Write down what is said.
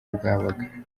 bwabaga